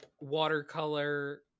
watercolor